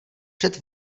před